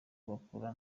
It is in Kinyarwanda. bakora